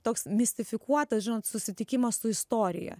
toks mistifikuotas žinant susitikimą su istorija